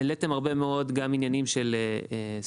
העליתם הרבה מאוד עניינים גם של סבסוד,